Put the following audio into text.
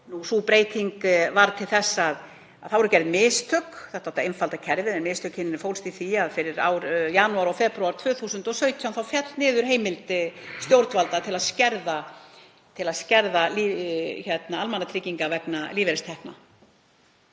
Sú breyting varð til þess að gerð voru mistök. Þetta átti að einfalda kerfið, en mistökin fólust í því að fyrir janúar og febrúar 2017 féll niður heimild stjórnvalda til að skerða almannatryggingar vegna lífeyristekna.